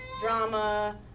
drama